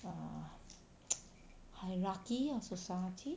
err hierarchy of society